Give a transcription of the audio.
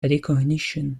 recognition